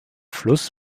fluss